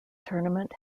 tournament